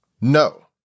No